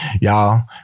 Y'all